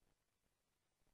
תם סדר-היום.